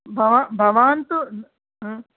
भवा भवान् तु